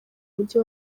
mujyi